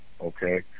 okay